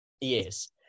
Yes